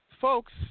Folks